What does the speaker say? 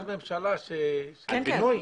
על בינוי?